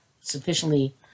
sufficiently